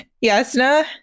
Yasna